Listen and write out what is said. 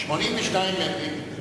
82 מטרים,